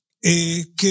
Que